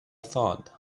thought